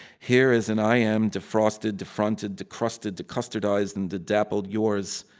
here is an i am defrosted, defronted, decrusted, decustardized, and dedappled yours,